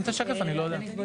הוא מדבר על נתונים.